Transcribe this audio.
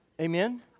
Amen